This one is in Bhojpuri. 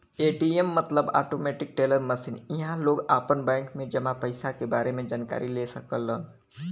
ए.टी.एम मतलब आटोमेटिक टेलर मशीन इहां लोग आपन बैंक में जमा पइसा क बारे में जानकारी ले सकलन